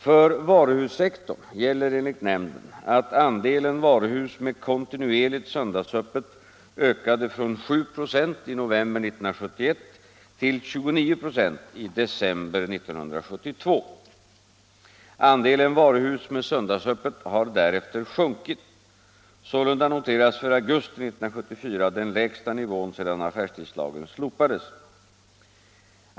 För varuhussektorn gäller enligt nämnden att andelen varuhus med kontinuerligt söndagsöppet ökade från 7 96 i november 1971 till 29 926 i december 1972. Andelen varuhus med söndagsöppet har därefter sjunkit. Sålunda noterades för augusti 1974 den lägsta nivån sedan affärstidslagen slopades.